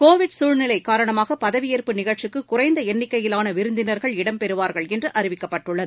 Covid சூழ்நிலை காரணமாக பதவியேற்பு நிகழ்ச்சிக்கு குறைந்த எண்ணிக்கையிலான விருந்தினர்கள் இடம்பெறுவார்கள் என்று அறிவிக்கப்பட்டுள்ளது